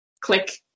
click